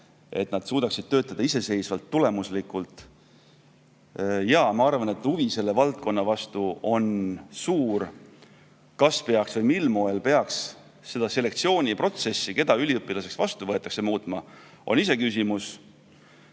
et nad suudaksid iseseisvalt tulemuslikult töötada. Jaa, ma arvan, et huvi selle valdkonna vastu on suur. Kas peaks või mil moel peaks muutma seda selektsiooniprotsessi, keda üliõpilaseks vastu võetakse, on iseküsimus.